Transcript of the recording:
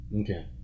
Okay